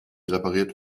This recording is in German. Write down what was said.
repariert